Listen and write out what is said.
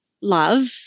love